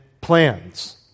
plans